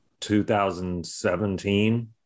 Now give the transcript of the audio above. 2017